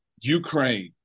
Ukraine